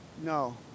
no